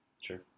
Sure